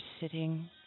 sitting